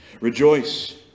Rejoice